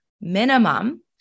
minimum